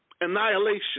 annihilation